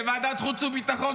בוועדת החוץ והביטחון,